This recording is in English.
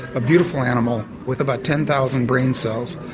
a beautiful animal with about ten thousand brain cells,